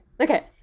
Okay